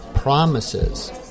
promises